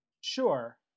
Sure